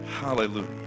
Hallelujah